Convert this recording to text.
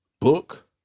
book